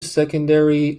secondary